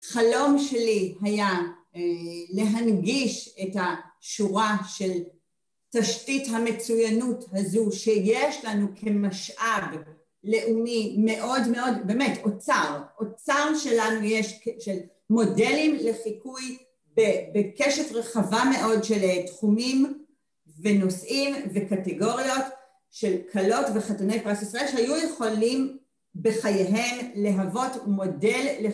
חלום שלי היה להנגיש את השורה של תשתית המצוינות הזו שיש לנו כמשאב לאומי מאוד מאוד, באמת, אוצר אוצר שלנו יש של מודלים לחיקוי בקשת רחבה מאוד של תחומים ונושאים וקטגוריות של כלות וחתני פרס ישראל שהיו יכולים בחייהם להוות מודל